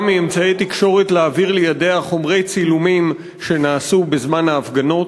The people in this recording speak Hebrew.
מאמצעי תקשורת להעביר לידיה חומרי צילומים שנעשו בזמן ההפגנות.